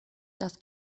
das